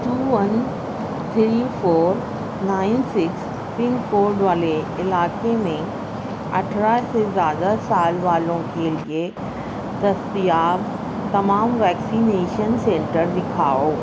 to one three four nine six pin code والے علاقے میں اٹھارہ سے زیادہ سال والوں کے لئے دستیاب تمام ویکسینیشن سنٹر دکھاؤ